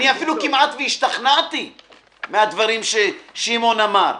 אפילו כמעט השתכנעתי מהדברים ששמעון אמר.